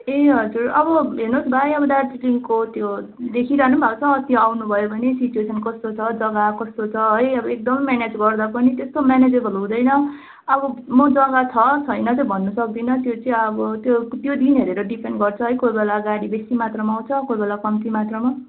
ए हजुर अब हेर्नुहोस् भाइ अब दार्जिलिङको त्यो देखीरहनु पनि भएको छ अस्ती आउनुभयो भने सिचुएसन कस्तो छ जग्गा कस्तो छ है अब एकदम म्यानेज गर्दा पनि त्यस्तो म्यानेजेबल हुँदैन अब म जग्गा छ छैन चाहिँ भन्नु सक्दिनँ त्यो चाहिँ अब त्यो त्यो दिन हेरेर डिपेन्ड गर्छ है कोही बेला गाडी बेसी मात्रमा आउँछ कोही बेला कम्ती मात्रमा